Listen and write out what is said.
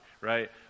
right